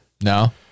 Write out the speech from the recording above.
No